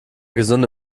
gesunde